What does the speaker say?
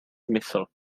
smysl